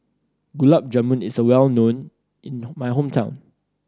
Gulab Jamun is well known in my hometown